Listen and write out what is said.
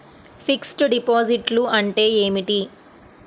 Fixed డిపాజిట్లు అంటే ఏమిటి?